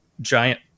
giant